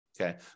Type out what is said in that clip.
Okay